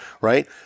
right